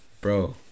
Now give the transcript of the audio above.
Bro